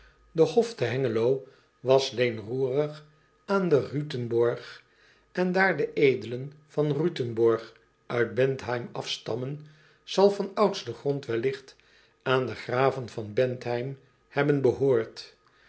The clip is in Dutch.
e hof te engelo was leenroerig aan den utenborch en daar de edelen van utenborch uit entheim afstammen zal van ouds de grond welligt aan de graven van